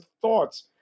thoughts